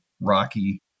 rocky